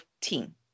team